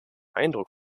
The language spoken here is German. eindruck